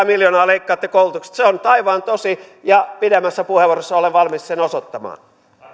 miljoonaa leikkaatte koulutuksesta se on taivaan tosi ja pidemmässä puheenvuorossa olen valmis sen osoittamaan